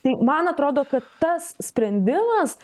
tai man atrodo kad tas sprendimas